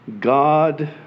God